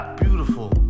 beautiful